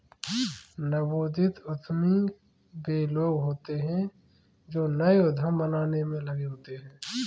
नवोदित उद्यमी वे लोग होते हैं जो नए उद्यम बनाने में लगे होते हैं